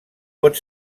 pot